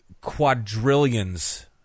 quadrillions